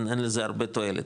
אין לזה הרבה תועלת,